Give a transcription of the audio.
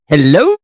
Hello